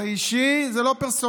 זה אישי, זה לא פרסונלי.